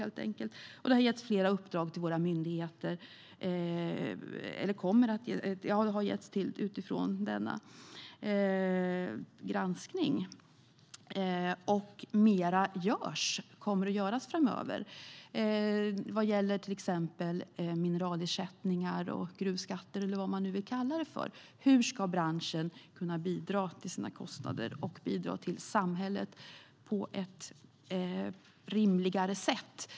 Det har getts flera uppdrag till våra myndigheter utifrån denna granskning. Mer kommer också att göras framöver till exempel vad gäller mineralersättning, gruvskatt eller vad man vill kalla det. Hur ska branschen kunna bidra till sina kostnader och bidra till samhället på ett rimligare sätt?